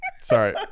Sorry